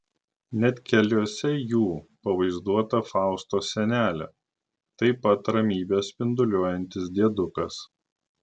net keliuose jų pavaizduota faustos senelė taip pat ramybe spinduliuojantis diedukas